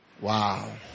wow